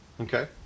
Okay